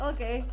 Okay